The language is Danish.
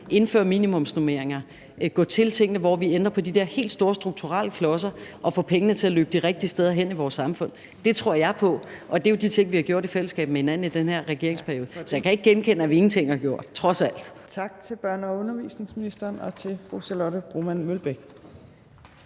indføre minimumsnormeringer og gå til tingene, så vi ændrer på de der helt store strukturelle klodser, og få pengene til at løbe de rigtige steder hen i vores samfund tror jeg på. Og det er jo de ting, vi har gjort i fællesskab med hinanden i den her regeringsperiode. Så jeg kan ikke genkende, at vi ingenting har gjort, trods alt. Kl. 15:19 Tredje næstformand (Trine Torp): Tak til børne- og undervisningsministeren og til fru Charlotte Broman Mølbæk.